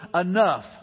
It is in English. enough